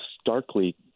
starkly